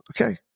Okay